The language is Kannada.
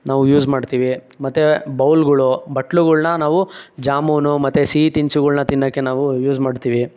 ನಾವು ಯೂಸ್ ಮಾಡ್ತೀವಿ ಮತ್ತೆ ಬೌಲ್ಗಳು ಬಟ್ಲುಗಳನ್ನ ನಾವು ಜಾಮೂನು ಮತ್ತೆ ಸಿಹಿ ತಿನಿಸುಗಲನ್ನ ತಿನ್ನೋಕ್ಕೆ ನಾವು ಯೂಸ್ ಮಾಡ್ತೀವಿ